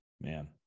man